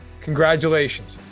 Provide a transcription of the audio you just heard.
congratulations